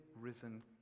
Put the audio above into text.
risen